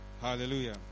Hallelujah